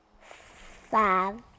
Five